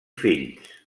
fills